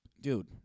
dude